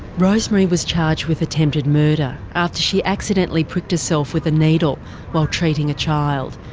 rosemary was charged with attempted murder after she accidentally pricked herself with a needle while treating a child.